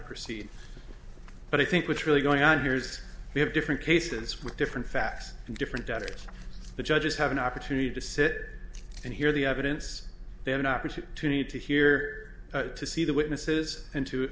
proceed but i think what's really going on here is we have different cases with different facts and different doctors the judges have an opportunity to sit and hear the evidence they have an opportunity to hear to see the witnesses and to